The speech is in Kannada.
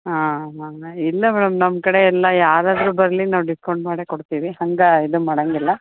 ಹಾಂ ಹಾಂ ಇಲ್ಲ ಮೇಡಮ್ ನಮ್ಮ ಕಡೆ ಎಲ್ಲ ಯಾರು ಆದರು ಬರಲಿ ನಾವು ಡಿಸ್ಕೌಂಟ್ ಮಾಡೇ ಕೊಡ್ತೀವಿ ಹಂಗೆ ಇದು ಮಾಡೊಂಗಿಲ್ಲ